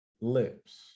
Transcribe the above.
lips